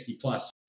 plus